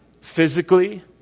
physically